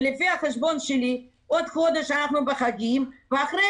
לפי החשבון שלי עוד חודש אנחנו בחגים ואחרי